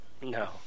No